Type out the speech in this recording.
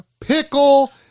pickle